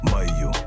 Mayo